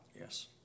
Yes